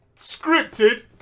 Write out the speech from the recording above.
Scripted